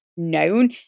known